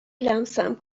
لمسم